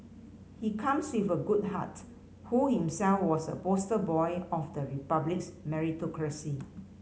he comes with a good heart who himself was a poster boy of the Republic's meritocracy